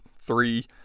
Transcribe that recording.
three